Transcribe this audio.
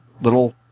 little